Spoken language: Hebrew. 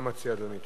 מה מציע אדוני?